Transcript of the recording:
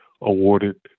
awarded